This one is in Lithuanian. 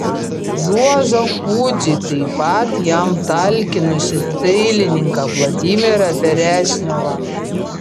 juozą kudzį taip pat jam talkinusį dailininką vladimirą beresniovą